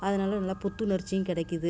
அதனால் நல்லா புத்துணர்ச்சியும் கிடைக்கிது